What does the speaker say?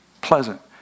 pleasant